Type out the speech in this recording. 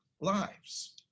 lives